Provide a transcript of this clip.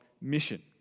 mission